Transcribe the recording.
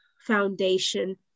Foundation